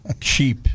cheap